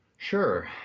sure